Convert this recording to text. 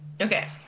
Okay